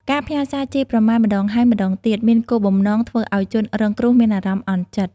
ការផ្ញើសារជេរប្រមាថម្តងហើយម្តងទៀត មានគោលបំណងធ្វើឲ្យជនរងគ្រោះមានអារម្មណ៍អន់ចិត្ត។